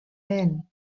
man